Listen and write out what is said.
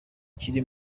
kiri